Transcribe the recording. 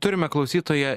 turime klausytoją